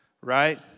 right